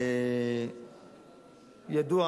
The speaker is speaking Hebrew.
ידוע